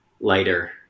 lighter